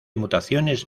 mutaciones